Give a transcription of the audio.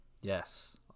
Yes